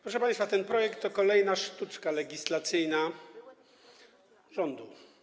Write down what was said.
Proszę państwa, ten projekt to kolejna sztuczka legislacyjna rządu.